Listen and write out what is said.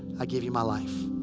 i give you my life.